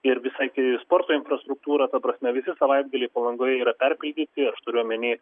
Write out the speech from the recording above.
ir visa gi sporto infrastruktūra ta prasme visi savaitgaliai palangoje yra perpildyti aš turiu omeny